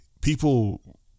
people